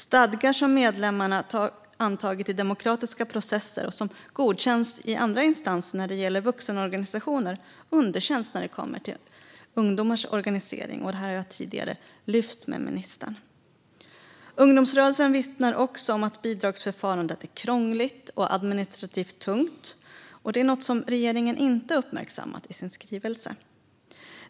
Stadgar som medlemmarna antagit i demokratiska processer och som godkänns i andra instanser när det gäller vuxenorganisationer underkänns när det kommer till ungdomars organisering. Det här har jag tidigare lyft fram för ministern. Ungdomsrörelsen vittnar också om att bidragsförfarandet är krångligt och administrativt tungt. Detta är något som regeringen inte uppmärksammat i sin skrivelse.